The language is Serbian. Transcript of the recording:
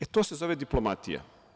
E to se zove diplomatija.